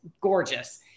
gorgeous